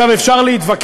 עכשיו, אפשר להתווכח,